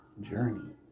journey